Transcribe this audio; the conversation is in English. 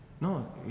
no